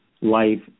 life